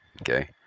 okay